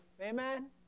Amen